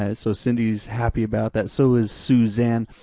ah so cindy's happy about that, so is susanne.